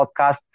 podcast